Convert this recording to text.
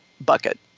bucket